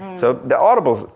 so the audible's,